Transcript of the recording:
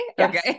Okay